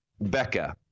Becca